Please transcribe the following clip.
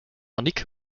anniek